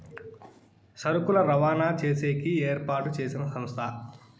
సరుకులు రవాణా చేసేకి ఏర్పాటు చేసిన సంస్థ